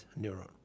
neuron